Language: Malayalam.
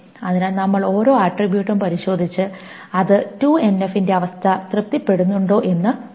അതിനാൽ നമ്മൾ ഓരോ ആട്രിബ്യൂട്ടും പരിശോധിച്ച് അത് 2NF ന്റെ അവസ്ഥ തൃപ്തിപ്പെടുത്തുന്നുണ്ടോ എന്ന് നോക്കുന്നു